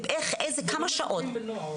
כמה שעות?